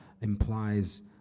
implies